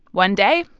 one day,